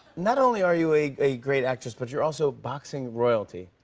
not only are you a a great actress, but you're also boxing royalty.